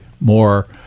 more